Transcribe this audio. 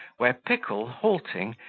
where pickle, halting,